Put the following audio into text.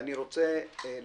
ואני רוצה לדעת